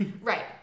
Right